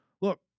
look